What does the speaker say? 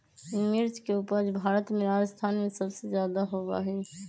मिर्च के उपज भारत में राजस्थान में सबसे ज्यादा होबा हई